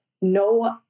no